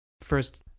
first